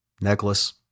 necklace